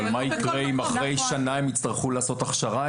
אבל מה יקרה אם אחרי שנה הן יצטרכו לעשות הכשרה,